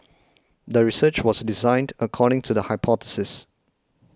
the research was designed according to the hypothesis